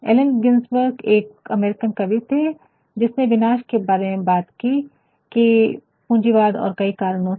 Elon Ginsberg एक American कवि थे जिसने विनाश के बारे में बात कि पूंजीवाद और कई कारणों से